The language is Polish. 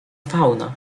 fauna